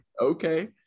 Okay